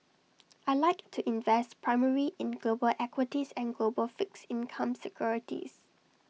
I Like to invest primarily in global equities and global fixed income securities